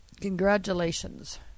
congratulations